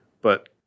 But-